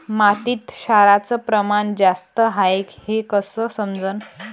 मातीत क्षाराचं प्रमान जास्त हाये हे कस समजन?